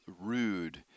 rude